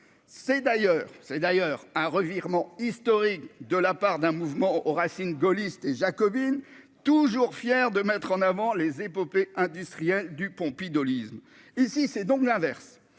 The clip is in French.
c'est d'ailleurs un revirement historique de la part d'un mouvement aux racines gaullistes et jacobine toujours fier de mettre en avant les épopées industrielles du pompidolien isme et si c'est donc l'inverse,